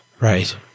Right